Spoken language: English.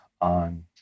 on